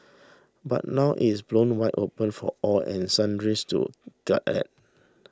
but now it is blown wide open for all and sundries to gawk at